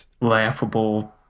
laughable